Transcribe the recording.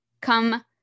come